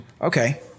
okay